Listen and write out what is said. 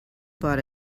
bought